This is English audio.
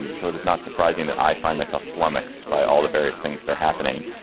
and so it is not surprising that i find myself flummoxed by all the various things that are happening.